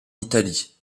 italie